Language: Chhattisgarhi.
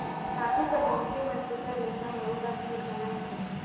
आघु कर मइनसे मन सुग्घर ले खाएं अउ हक भेर कमाएं घलो